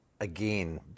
again